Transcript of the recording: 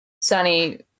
Sunny